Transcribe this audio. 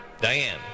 Diane